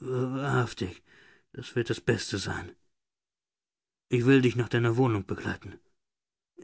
wahrhaftig das wird das beste sein ich will dich nach deiner wohnung begleiten